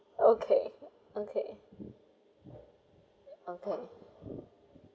okay okay okay